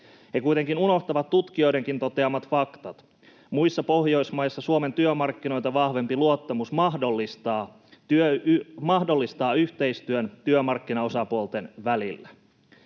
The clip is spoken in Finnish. He kuitenkin unohtavat tutkijoidenkin toteamat faktat: muissa Pohjoismaissa Suomen työmarkkinoita vahvempi luottamus mahdollistaa yhteistyön työmarkkinaosapuolten välillä.